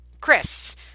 Chris